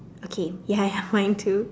okay ya ya mine too